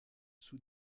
sous